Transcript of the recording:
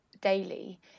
daily